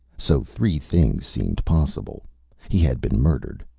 so three things seemed possible he had been murdered.